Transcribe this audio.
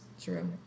True